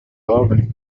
lovely